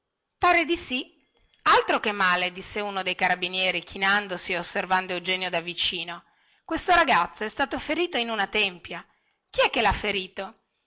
par di sì altro che male disse uno dei carabinieri chinandosi e osservando eugenio da vicino questo ragazzo è stato ferito in una tempia chi è che lha ferito